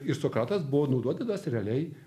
ir sokratas buvo nunuodytas realiai